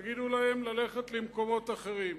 שתגידו להם ללכת למקומות אחרים.